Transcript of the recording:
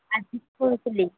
ଆଜି ପହଞ୍ଚିଲି